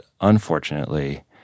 unfortunately